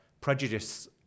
prejudice